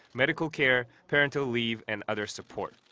medical care, parental leave and other support.